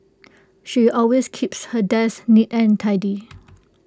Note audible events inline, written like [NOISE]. she always keeps her desk neat and tidy [NOISE]